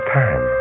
time